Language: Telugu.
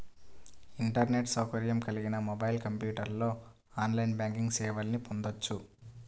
ఇంటర్నెట్ సౌకర్యం కలిగిన మొబైల్, కంప్యూటర్లో ఆన్లైన్ బ్యాంకింగ్ సేవల్ని పొందొచ్చు